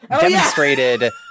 demonstrated